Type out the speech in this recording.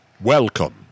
Welcome